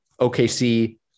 OKC